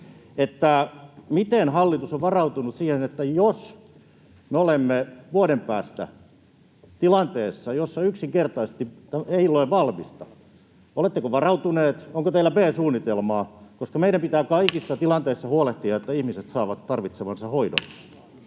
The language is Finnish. vielä: Miten hallitus on varautunut siihen, että jos me olemme vuoden päästä tilanteessa, jossa yksinkertaisesti ei ole valmista, niin oletteko varautuneet? Onko teillä B-suunnitelmaa, koska meidän pitää kaikissa tilanteissa huolehtia, että ihmiset saavat tarvitsemansa hoidon?